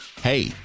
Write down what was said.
hey